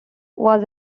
was